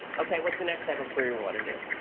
ok. what's the next type of query we want to do?